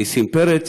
נסים פרץ,